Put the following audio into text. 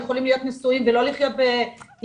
יכולים להיות נשואים ולא לחיות ביחד,